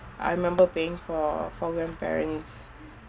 I remember paying for for grandparents